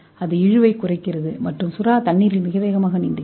இது இழுவைக் குறைக்கிறது மற்றும் சுறா தண்ணீரில் மிக வேகமாக நீந்துகிறது